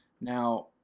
now